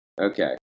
Okay